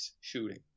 shooting